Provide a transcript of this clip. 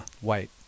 White